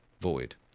void